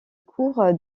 cour